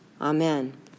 Amen